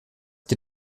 ihr